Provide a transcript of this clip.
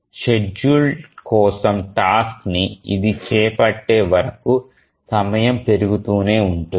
schedule కోసం task ని ఇది చేపట్టే వరకు సమయం పెరుగుతూనే ఉంటుంది